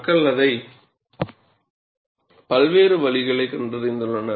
மக்கள் அதை செய்ய பல்வேறு வழிகளைக் கண்டறிந்துள்ளனர்